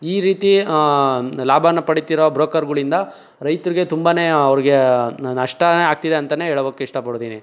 ಈ ರೀತಿ ಲಾಭವ ಪಡೀತಿರೋ ಬ್ರೋಕರ್ಗಳಿಂದ ರೈತರಿಗೆ ತುಂಬಾನೇ ಅವ್ರಿಗೆ ನಷ್ಟವೇ ಆಗ್ತಿದೆ ಅಂತೆಯೇ ಹೇಳೋದಕ್ಕೆ ಇಷ್ಟಪಡ್ತೀನಿ